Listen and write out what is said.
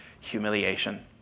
humiliation